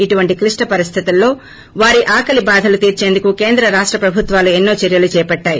ఇటువంటి క్లిష్ట పరిస్దితిలో వారి ఆకలి భాధలు తీర్చేందుకు కేంద్ర రాష్ట ప్రభుత్వాలు ఎన్నో చర్యలు చేపట్టాయి